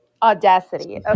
Audacity